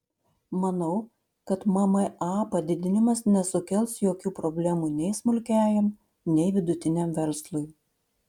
manau kad mma padidinimas nesukels jokių problemų nei smulkiajam nei vidutiniam verslui